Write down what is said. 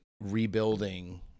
rebuilding